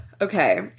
Okay